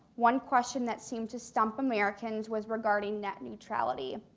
one question that seemed to stump americans was regarding net neutrality,